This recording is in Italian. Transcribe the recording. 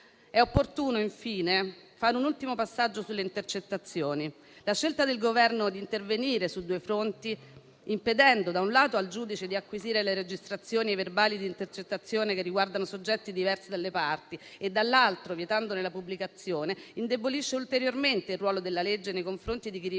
È opportuno, infine, fare un ultimo passaggio sulle intercettazioni. La scelta del Governo di intervenire su due fronti, impedendo - da un lato - al giudice di acquisire le registrazioni e i verbali di intercettazione che riguardano soggetti diversi dalle parti e - dall'altro - vietandone la pubblicazione, indebolisce ulteriormente il ruolo della legge nei confronti di chi riveste